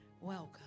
welcome